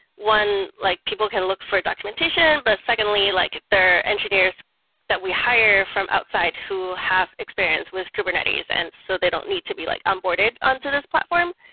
one, like people can look for documentation, but secondly like their engineers that we hire from outside who have experience with kubernetes, and so they don't need to be like, i'm boarded on to this platform.